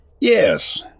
Yes